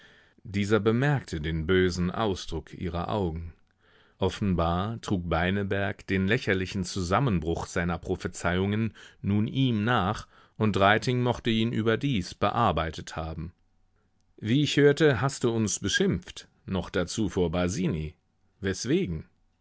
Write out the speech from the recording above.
dieser bemerkte den bösen ausdruck ihrer augen offenbar trug beineberg den lächerlichen zusammenbruch seiner prophezeiungen nun ihm nach und reiting mochte ihn überdies bearbeitet haben wie ich hörte hast du uns beschimpft noch dazu vor basini weswegen